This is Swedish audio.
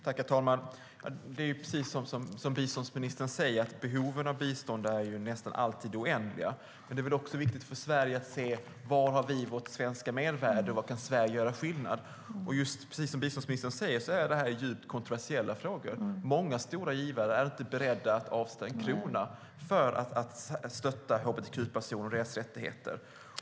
Herr talman! Det är precis som biståndsministern säger: Behoven av bistånd är nästan alltid oändliga. Men det är också viktigt för Sverige att se var vi har vårt svenska mervärde och var Sverige kan göra skillnad. Precis som biståndsministern säger är detta djupt kontroversiella frågor. Många stora givare är inte beredda att avstå en krona för att stötta hbtq-personer och deras rättigheter.